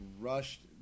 rushed